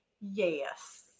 Yes